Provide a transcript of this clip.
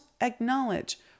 acknowledge